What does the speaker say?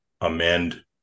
amend